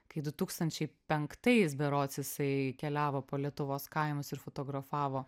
kai du tūkstančiai penktais berods jisai keliavo po lietuvos kaimus ir fotografavo